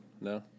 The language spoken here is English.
No